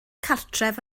cartref